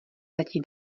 letí